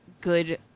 good